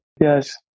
Yes